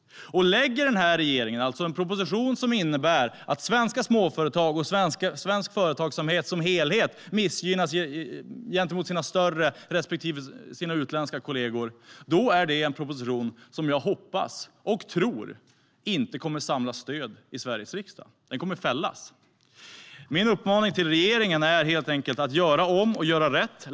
Lägger regeringen fram en proposition som innebär att svenska småföretag och svensk företagsamhet som helhet missgynnas gentemot sina större respektive utländska kollegor är det en proposition som jag hoppas och tror inte kommer att samla stöd i Sveriges riksdag. Den kommer att fällas. Min uppmaning till regeringen är helt enkelt att göra om och göra rätt.